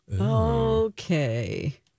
Okay